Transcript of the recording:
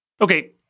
Okay